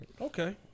okay